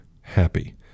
happy